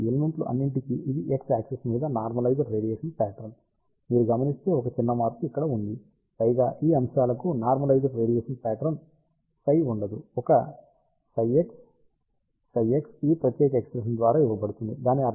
కాబట్టి ఈ ఎలిమెంట్లు అన్నింటికీ ఇది x యాక్సిస్ మీద నార్మలైజుడ్ రేడియేషన్ ప్యాట్రన్ మీరు గమనిస్తే ఒక చిన్న మార్పు ఇక్కడ ఉంది పైగా ఈ అంశాలకు నార్మలైజుడ్ రేడియేషన్ ప్యాట్రన్ ψ ఉండదు ఒక ψx ψx ఈ ప్రత్యేక ఎక్ష్ప్రెషన్ ద్వారా ఇవ్వబడుతుంది